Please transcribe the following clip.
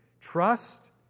trust